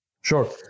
Sure